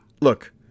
look